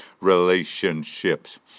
relationships